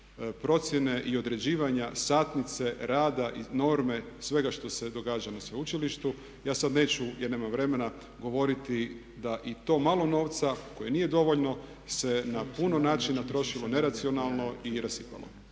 procjene i određivanja satnice rada i norme svega što se događa na sveučilištu. Ja sad neću jer nemam vremena govoriti da i to malo novca koje nije dovoljno se na puno načina trošilo neracionalno i rasipalo.